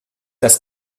das